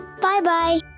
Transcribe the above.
Bye-bye